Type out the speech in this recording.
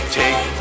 take